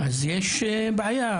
אז יש בעיה.